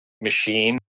machine